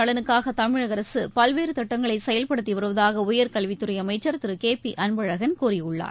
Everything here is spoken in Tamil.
நலனுக்காகதமிழகஅரசுபல்வேறுதிட்டங்களைசெயல்படுத்திவருவதாகஉயர்கல்வித் மகளிர் துறைஅமைச்சர் திருகேபிஅன்பழகன் கூறியுள்ளார்